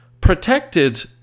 protected